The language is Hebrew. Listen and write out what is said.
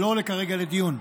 שלא עולה כרגע לדיון.